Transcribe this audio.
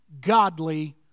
godly